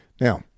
Now